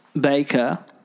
baker